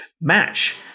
match